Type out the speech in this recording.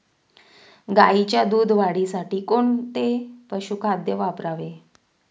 गाईच्या दूध वाढीसाठी कोणते पशुखाद्य वापरावे?